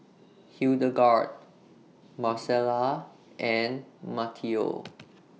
Hildegarde Marcella and Matteo